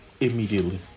immediately